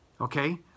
okay